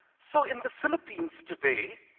so in the philippines today,